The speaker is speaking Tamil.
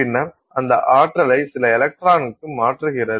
பின்னர் அந்த ஆற்றலை சில எலக்ட்ரானுக்கு மாற்றுகிறது